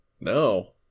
No